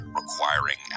requiring